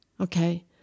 Okay